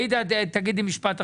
עאידה, תגידי משפט אחרון,